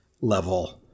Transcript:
level